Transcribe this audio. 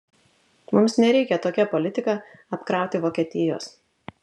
mums nereikia tokia politika apkrauti vokietijos